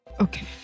Okay